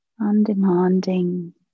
undemanding